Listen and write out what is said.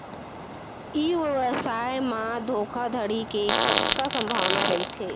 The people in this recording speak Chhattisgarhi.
ई व्यवसाय म धोका धड़ी के कतका संभावना रहिथे?